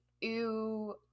ew